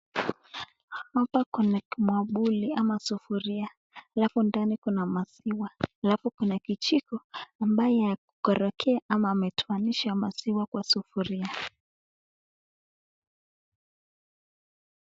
Hapa kuna kimwabule ama sufuria alafu ndani kuna maziwa. Alafu kuna kijiko ambayo yakukorogea ama ametoanisha maziwa kwa sufuria.